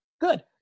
good